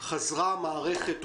חזרה מערכת החינוך,